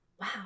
wow